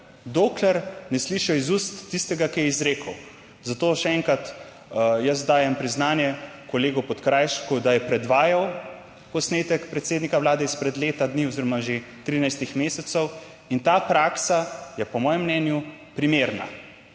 dokler ne slišijo iz ust tistega, ki je izrekel. Zato še enkrat, jaz dajem priznanje kolegu Podkrajšku, da je predvajal posnetek predsednika Vlade izpred leta dni oziroma že 13 mesecev in ta praksa je po mojem mnenju primerna.